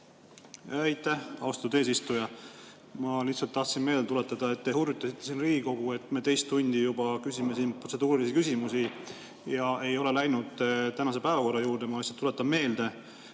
Aitäh, austatud eesistuja! Ma lihtsalt tahtsin meelde tuletada. Te hurjutasite siin Riigikogu, et me teist tundi juba küsime protseduurilisi küsimusi ega ole läinud tänase päevakorra juurde, aga ma lihtsalt tuletan meelde